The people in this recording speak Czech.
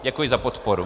Děkuji za podporu.